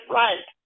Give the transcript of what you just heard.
right